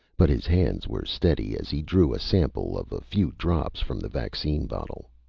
but his hands were steady as he drew a sample of a few drops from the vaccine bottle.